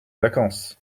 vacances